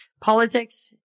Politics